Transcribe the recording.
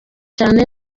cyane